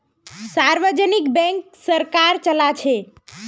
सार्वजनिक बैंक सरकार चलाछे